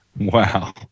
Wow